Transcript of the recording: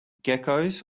geckos